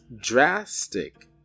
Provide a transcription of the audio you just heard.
drastic